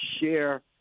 share